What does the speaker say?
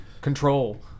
Control